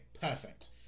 Perfect